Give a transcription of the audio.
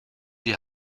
die